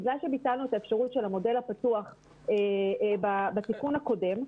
בגלל שביטלנו את האפשרות של המודל הפתוח בתיקון הקודם,